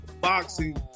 boxing